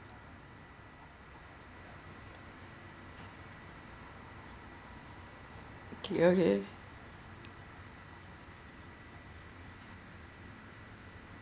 okay okay